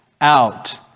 out